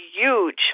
huge